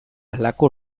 halako